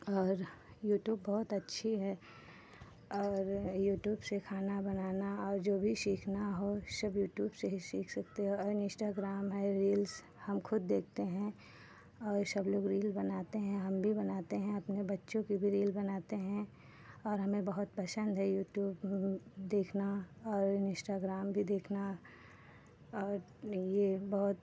और यूट्यूब बहुत अच्छी है और यूट्यूब से खाना बनाना और जो भी सीखना हो सब यूट्यूब से ही सीख सकते हैं और इंस्टाग्राम है रील्स हम खुद देखते हैं और सब लोग रील बनाते हैं हम भी बनाते हैं अपने बच्चों की भी रील बनाते हैं और हमें बहुत पसंद है यूट्यूब देखना और इंस्टाग्राम भी देखना और ये बहुत